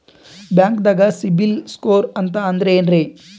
ಬ್ಯಾಂಕ್ದಾಗ ಸಿಬಿಲ್ ಸ್ಕೋರ್ ಅಂತ ಅಂದ್ರೆ ಏನ್ರೀ?